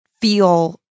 feel